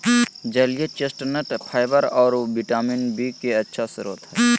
जलीय chestnut fibre आऊ vitamin B के अच्छा स्रोत हइ